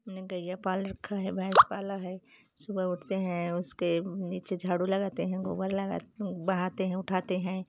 ने गईया पाल रखा है बैल पाला है सुबह उठते हैं उसके नीचे झाडू लगाते हैं गोबर लगा बहाते हैं उठाते हैं